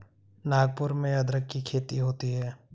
नागपुर में अदरक की खेती होती है